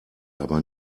aber